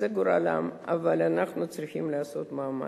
זה גורלם, אבל אנחנו צריכים לעשות מאמץ.